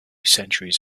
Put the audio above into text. centuries